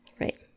Right